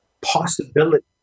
possibility